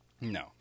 no